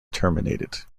terminated